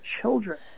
children